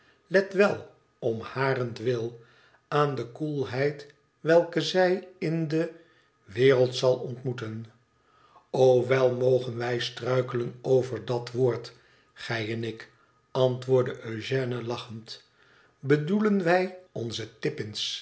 let wel om harentwil aan de koelheid welke zij in de wereld zal ontmoeten wèl mogen wij struikelen over dat woord gij en ik antwoordde eugène lachend bedoelen wij onze